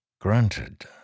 Granted